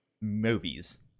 movies